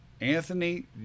Anthony